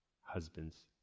husbands